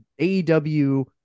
AEW